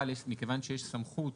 אבל מכיוון שיש סמכות